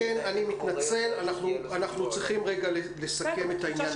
אני מתנצל, אנחנו צריכים רגע לסכם את העניין הזה.